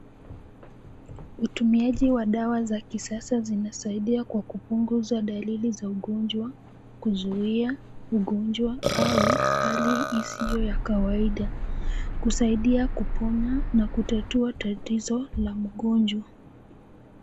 Utumiaji wa dawa za kisasa zinasaidia kwa kupunguza dalili za ugonjwa kuzuia ugonjwa au hali isiyo ya kawaida, kusaidia kuponya na kutatua tatizo la mgonjwa.